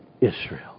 Israel